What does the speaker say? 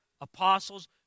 apostles